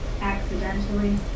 ...accidentally